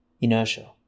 Inertia